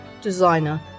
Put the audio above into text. designer